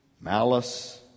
malice